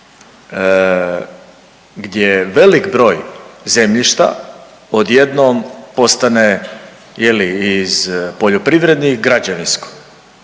je velik broj zemljišta odjednom postane, je li, iz poljoprivrednih, građevinsko,